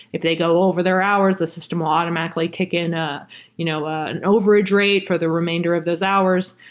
if they go over there hours, the system automatically take in ah you know ah an overage rate for the remainder of those hours.